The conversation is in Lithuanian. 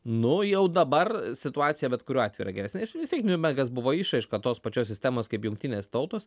nu jau dabar situacija bet kuriuo atveju yra geresnė vis tiek niurnbergas buvo išraiška tos pačios sistemos kaip jungtinės tautos